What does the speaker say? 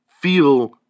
feel